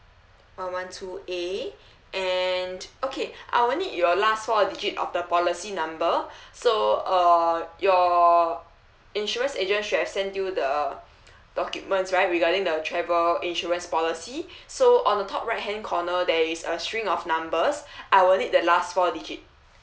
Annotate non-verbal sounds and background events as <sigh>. uh one two A and okay I will need your last four digit of the policy number <breath> so uh your insurance agent should have sent you the documents right regarding the travel insurance policy so on the top right hand corner there is a string of numbers <breath> I will need the last four digit